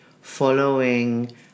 following